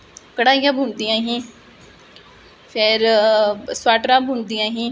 artist गी लोक इन्ना जांनदे नेईं हैन अजकल लोग अजकल लोक तुस दिक्खी लैओ